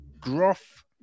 Groff